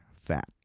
fat